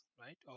right